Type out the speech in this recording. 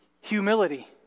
Humility